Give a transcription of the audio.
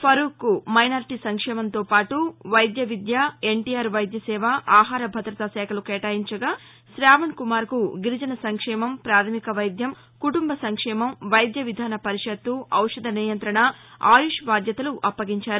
ఫరూక్కు minority సంక్షేమంతో పాటు వైద్య విద్య ఎన్టీఆర్ వైద్యసేవ ఆహార భదత శాఖలు కేటాయించగా శావణ్ కుమార్కు గిరిజన సంక్షేమం ప్రాథమిక వైద్యం కుటుంబ సంక్షేమం వైద్య విధాన పరిషత్తు ఔషధ నియంత్రణ ఆయుష్ బాధ్యతలు అప్పగించారు